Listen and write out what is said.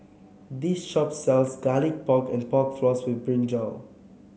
this shop sells Garlic Pork and Pork Floss with brinjal